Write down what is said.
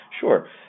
Sure